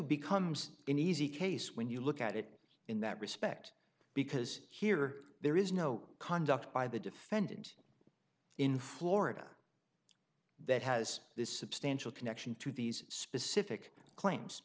becomes an easy case when you look at it in that respect because here there is no conduct by the defendant in florida that has this substantial connection to these specific claims